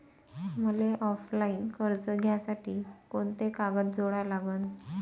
मले ऑफलाईन कर्ज घ्यासाठी कोंते कागद जोडा लागन?